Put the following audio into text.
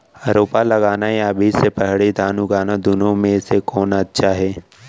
रोपा लगाना या बीज से पड़ही धान उगाना दुनो म से कोन अच्छा हे?